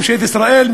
ממשלת ישראל,